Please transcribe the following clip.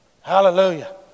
Hallelujah